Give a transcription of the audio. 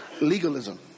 legalism